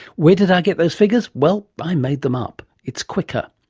where did i get those figures? well, i made them up, it's quicker.